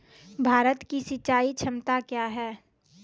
भारत की सिंचाई क्षमता क्या हैं?